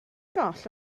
goll